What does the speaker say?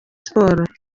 sports